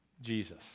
Jesus